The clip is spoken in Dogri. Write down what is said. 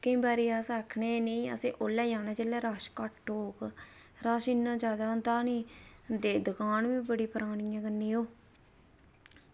केईं बार अस आक्खने कि नेईं असें ओल्लै जाना जेल्लै रश घट्ट होग रश इन्ना जादै होंदा निं ते दकान बी बड़ी परानी ऐ कन्नै ओह्